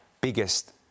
biggest